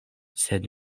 sed